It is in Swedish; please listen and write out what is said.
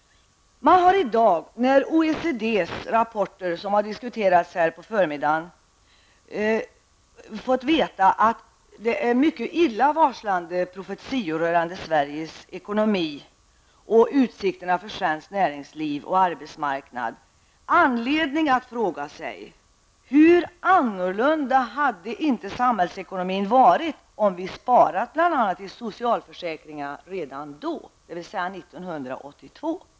OECDs rapporter -- som har diskuterats här på förmiddagen -- innehåller mycket illavarslande profetior om svensk ekonomi, om utsikterna för svenskt näringsliv och om arbetsmarknaden. Man har då anledning att fråga sig hur annorlunda samhällsekonomin hade varit om vi sparat bl.a. i socialförsäkringarna redan 1982.